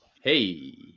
hey